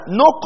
no